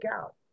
out